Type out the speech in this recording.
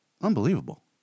Unbelievable